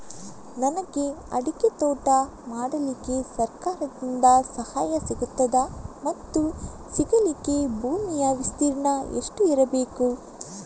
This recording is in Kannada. ನನಗೆ ಅಡಿಕೆ ತೋಟ ಮಾಡಲಿಕ್ಕೆ ಸರಕಾರದಿಂದ ಸಹಾಯ ಸಿಗುತ್ತದಾ ಮತ್ತು ಸಿಗಲಿಕ್ಕೆ ಭೂಮಿಯ ವಿಸ್ತೀರ್ಣ ಎಷ್ಟು ಇರಬೇಕು?